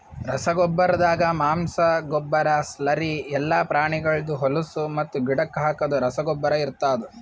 ರಸಗೊಬ್ಬರ್ದಾಗ ಮಾಂಸ, ಗೊಬ್ಬರ, ಸ್ಲರಿ ಎಲ್ಲಾ ಪ್ರಾಣಿಗಳ್ದ್ ಹೊಲುಸು ಮತ್ತು ಗಿಡಕ್ ಹಾಕದ್ ರಸಗೊಬ್ಬರ ಇರ್ತಾದ್